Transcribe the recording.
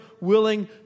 willing